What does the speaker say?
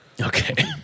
Okay